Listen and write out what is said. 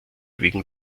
wegen